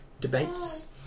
debates